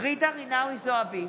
ג'ידא רינאוי זועבי,